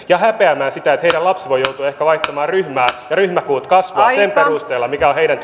ja häpeämään sitä että heidän lapsensa voi joutua ehkä vaihtamaan ryhmää ja ryhmäkoot kasvavat sen perusteella mikä on heidän